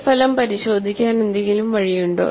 ഈ ഫലം പരിശോധിക്കാൻ എന്തെങ്കിലും വഴിയുണ്ടോ